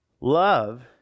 Love